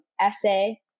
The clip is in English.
essay